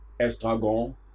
estragon